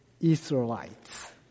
Israelites